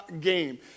game